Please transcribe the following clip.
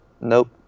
Nope